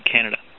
Canada